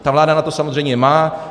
Ta vláda na to samozřejmě má.